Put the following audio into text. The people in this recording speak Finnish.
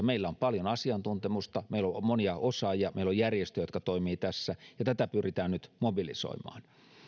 meillä on paljon asiantuntemusta meillä on on monia osaajia meillä on järjestöjä jotka toimivat tässä ja tätä pyritään nyt mobilisoimaan